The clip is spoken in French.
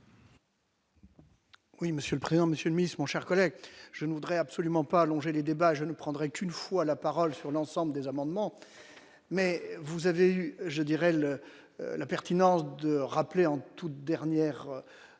Oui, monsieur le président Monsieur Miss mon cher collègue, je ne voudrais absolument pas allonger les débats, je ne prendrai qu'une fois la parole sur l'ensemble des amendements mais vous avez eu je dirais le la pertinence de rappeler en toute dernière intervention